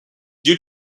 due